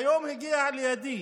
היום הגיע לידי